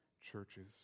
churches